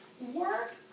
work